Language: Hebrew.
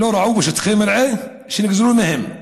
לא רעו בשטחי מרעה שנגזלו מהם,